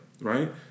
right